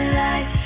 life